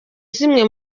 zimwe